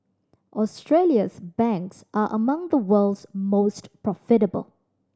Australia's banks are among the world's most profitable